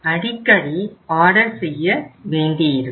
அடிக்கடி ஆர்டர் செய்ய வேண்டியிருக்கும்